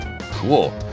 Cool